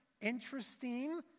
interesting